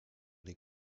les